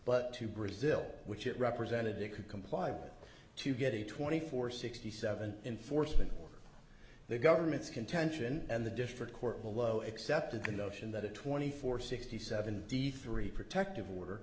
but to brazil which it represented to comply but to get a twenty four sixty seven enforcement or the government's contention and the district court below accepted the notion that a twenty four sixty seventy three protective